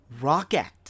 Rocket